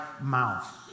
mouth